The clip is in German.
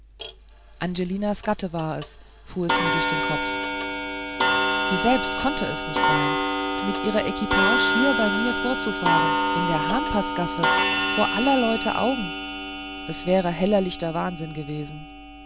angelinas gatte ist es fuhr es mir durch den kopf sie selbst konnte es nicht sein mit ihrer equipage hier bei mir vorzufahren in der hahnpaßgasse vor aller leute augen es wäre hellichter wahnsinn gewesen